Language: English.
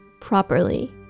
properly